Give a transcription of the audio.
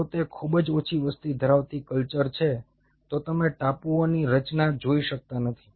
જો તે ખૂબ જ ઓછી વસ્તી ધરાવતી કલ્ચર છે તો તમે ટાપુઓની રચના જોઈ શકતા નથી